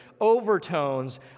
overtones